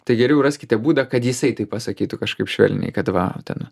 tai geriau raskite būdą kad jisai tai pasakytų kažkaip švelniai kad va ten